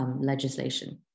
legislation